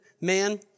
man